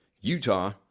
Utah